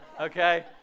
okay